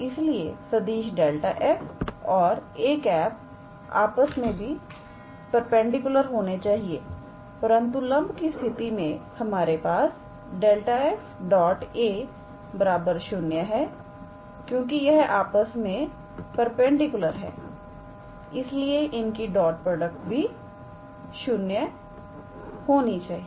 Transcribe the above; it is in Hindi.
इसलिए सदिश ∇⃗ 𝑓 और 𝑎̂ आपस में भी पेंडिकुलर होने चाहिएपरंतु लंब की स्थिति से हमारे पास ∇⃗ 𝑓 𝑎̂ 0 है क्योंकि यह आपस में परपेंडिकुलर हैं इसलिए इनकी डॉट प्रोडक्ट भी 0 होनी चाहिए